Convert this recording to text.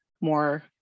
more